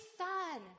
son